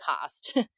cost